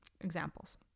examples